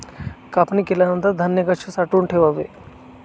कापणी केल्यानंतर धान्य कसे साठवून ठेवावे?